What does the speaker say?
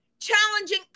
challenging